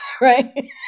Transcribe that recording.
right